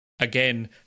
again